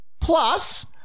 plus